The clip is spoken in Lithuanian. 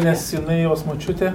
nes jinai jos močiutė